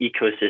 ecosystem